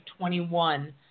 21